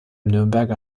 nürnberger